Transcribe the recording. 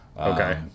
Okay